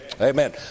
Amen